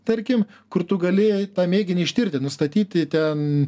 tarkim kur tu gali tą mėginį ištirti nustatyti ten